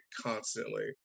constantly